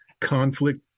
conflict